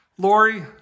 Lori